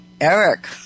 Eric